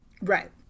Right